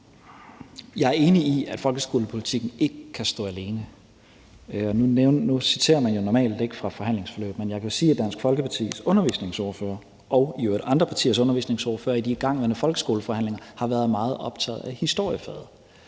Jeg er enig i, at folkeskolepolitikken ikke kan stå alene, og nu citerer man jo normalt ikke fra forhandlingsforløb, men jeg kan sige, at Dansk Folkepartis undervisningsordfører og i øvrigt andre partiers undervisningsordførere i de igangværende folkeskoleforhandlinger har været meget optagede af historiefaget,